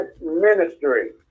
ministry